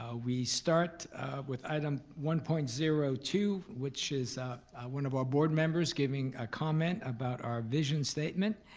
ah we start with item one point zero two, which is one of our board members giving a comment about our vision statement,